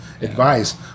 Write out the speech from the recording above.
advice